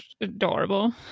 adorable